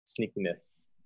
sneakiness